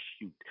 shoot